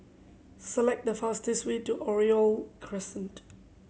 select the fastest way to Oriole Crescent